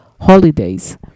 holidays